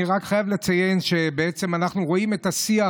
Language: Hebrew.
אני חייב רק לציין שאנחנו רואים את השיח,